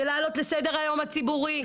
ולעלות לסדר היום הציבורי,